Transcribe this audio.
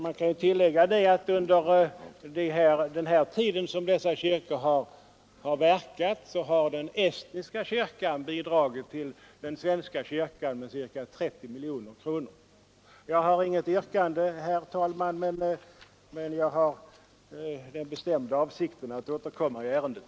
Det kan också tilläggas att den estniska kyrkan under den tid som den verkat i vårt land har bidragit till den svenska kyrkan med ca 30 miljoner kronor. Jag har inget yrkande, herr talman, men jag har den bestämda avsikten att återkomma i ärendet.